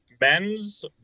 men's